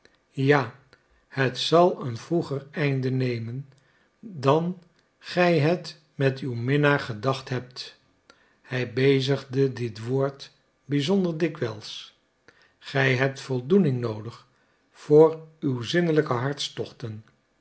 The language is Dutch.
ja het zal een vroeger einde nemen dan gij het met uw minnaar gedacht hebt hij bezigde dit woord bizonder dikwijls gij hebt voldoening noodig voor uw zinnelijke hartstochten